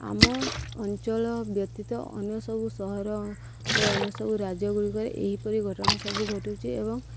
ଆମ ଅଞ୍ଚଳ ବ୍ୟତୀତ ଅନ୍ୟ ସବୁ ସହରରେ ଅନ୍ୟ ସବୁ ରାଜ୍ୟଗୁଡ଼ିକରେ ଏହିପରି ଘଟଣା ସବୁ ଘଟୁଛି ଏବଂ